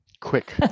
quick